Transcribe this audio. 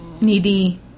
Needy